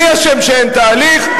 מי אשם שאין תהליך?